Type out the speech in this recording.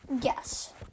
Yes